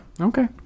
Okay